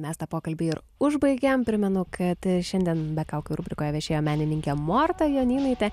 mes tą pokalbį ir užbaigėm primenu kad šiandien be kaukių rubrikoje viešėjo menininkė morta jonynaitė